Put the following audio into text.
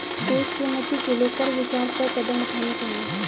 देश की उन्नति के लिए कर विचार कर कदम उठाने चाहिए